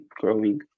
growing